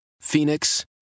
Phoenix